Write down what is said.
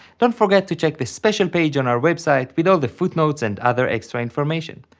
don't forget to check the special page on our websites with all the footnotes and other extra information.